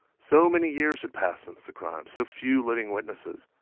so many years had passed since the crime, so few living witnesses.